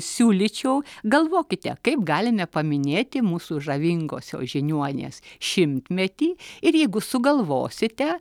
siūlyčiau galvokite kaip galime paminėti mūsų žavingosios žiniuonės šimtmetį ir jeigu sugalvosite